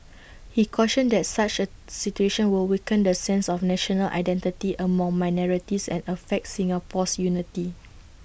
he cautioned that such A situation will weaken the sense of national identity among minorities and affect Singapore's unity